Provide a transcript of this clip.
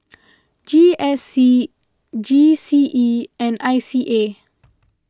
G S C G C E and I C A